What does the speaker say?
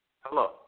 Hello